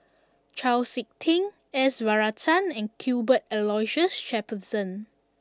Chau Sik Ting S Varathan and Cuthbert Aloysius Shepherdson